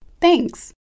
Thanks